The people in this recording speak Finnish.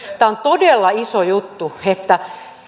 tämä on todella iso juttu että